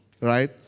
Right